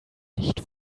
nicht